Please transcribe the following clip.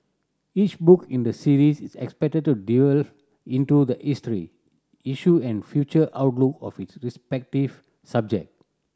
each book in the series is expected to delve into the history issue and future outlook of its respective subject